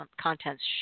contents